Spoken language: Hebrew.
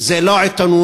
זה לא עיתונות.